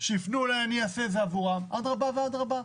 שיפנו אליי, אני אעשה את זה עבורם, אדרבא ואדרבא.